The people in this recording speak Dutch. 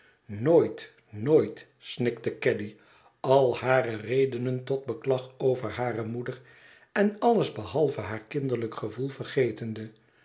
nooit nooit snikte caddy al hare redenen tot beklag over hare moeder en alles behalve haar kinderlijk gevoel vergetende